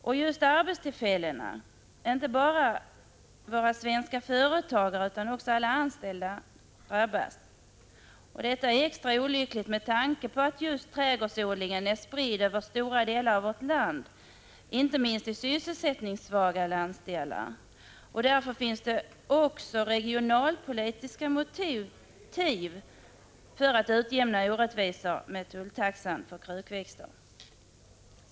När det gäller arbetstillfällena drabbas inte bara våra svenska företagare utan också alla anställda. Det är särskilt olyckligt med tanke på att trädgårdsodlingen är spridd över stora delar av vårt land och finns inte minst i sysselsättningssvaga landsdelar. Därför finns det också regionalpolitiska motiv för att utjämna orättvisorna i fråga om tulltaxan för krukväxter.